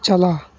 ᱪᱟᱞᱟ